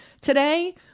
today